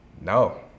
No